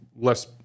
less